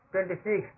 Twenty-six